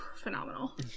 phenomenal